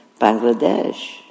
Bangladesh